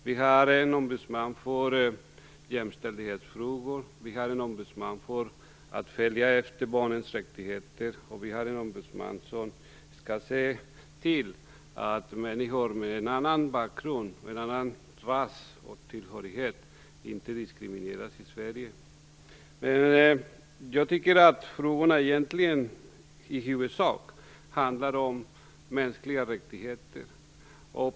Vi har en ombudsman för jämställdhetsfrågor, en som skall följa upp barnens rättigheter och en som skall se till att människor med annan bakgrund och annan rastillhörighet inte diskrimineras i Sverige. Jag tycker dock att frågorna i huvudsak handlar om mänskliga rättigheter.